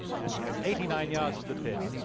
and he has eighty-nine yards to the pin.